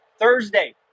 Thursday